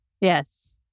Yes